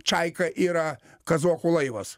čaika yra kazokų laivas